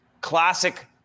classic